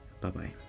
Bye-bye